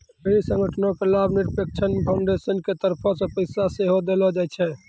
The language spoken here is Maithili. ढेरी संगठनो के लाभनिरपेक्ष फाउन्डेसन के तरफो से पैसा सेहो देलो जाय छै